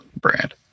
brand